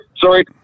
Sorry